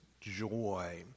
joy